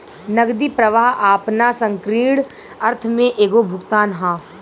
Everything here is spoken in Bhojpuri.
नगदी प्रवाह आपना संकीर्ण अर्थ में एगो भुगतान ह